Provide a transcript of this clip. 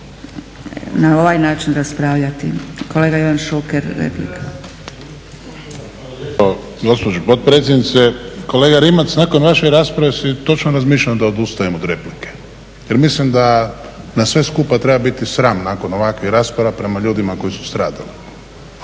na ovaj način raspravljati. Kolega Ivan Šuker, replika. **Šuker, Ivan (HDZ)** Hvala lijepo gospođo potpredsjednice. Kolega Rimac, nakon vaše rasprave su i točno razmišljam da odustajem od replike jer mislim da nas sve skupa treba biti sram nakon ovakvih rasprava prema ljudima koji su stradali.